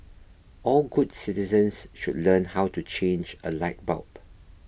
all good citizens should learn how to change a light bulb